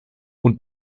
und